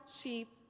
sheep